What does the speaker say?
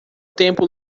tempo